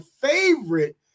favorite